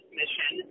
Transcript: mission